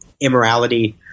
immorality